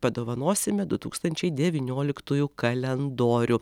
padovanosime du tūkstančiai devynioliktųjų kalendorių